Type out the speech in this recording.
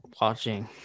watching